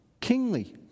kingly